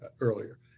earlier